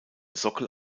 sockel